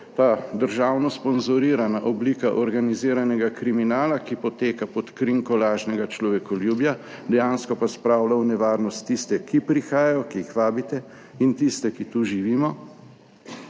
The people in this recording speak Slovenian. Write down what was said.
ta državno sponzorirana oblika organiziranega kriminala, ki poteka pod krinko lažnega človekoljubja, dejansko pa spravlja v nevarnost tiste, ki prihajajo, ki jih vabite in tiste, ki tu živimo,